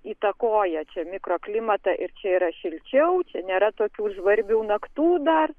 įtakoja čia mikroklimatą ir čia yra šilčiau čia nėra tokių žvarbių naktų dar